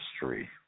history